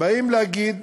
שבאות להגיד: